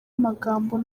amagambo